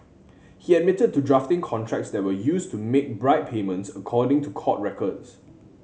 he admitted to drafting contracts that were used to make bribe payments according to court records